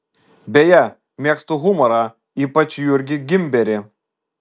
beje mėgstu humorą ypač jurgį gimberį